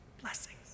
Blessings